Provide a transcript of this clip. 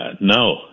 no